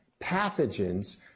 pathogens